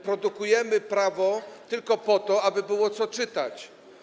Produkujemy prawo tylko po to, aby było co czytać.